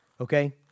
okay